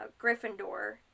Gryffindor